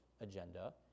agenda